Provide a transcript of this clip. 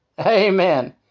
Amen